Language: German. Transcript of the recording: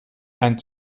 einen